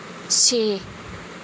छे